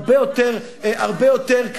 הרבה יותר,